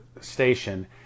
station